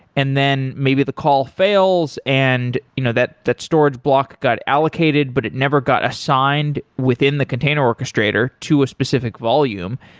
and then maybe if the call fails and you know that that storage block got allocated, but it never got assigned within the container orchestrator to a specific volume.